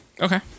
Okay